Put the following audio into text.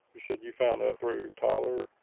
you said you found out through tyler?